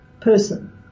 person